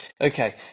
Okay